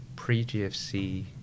Pre-GFC